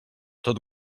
tot